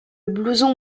blouson